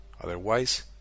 Otherwise